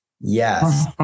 Yes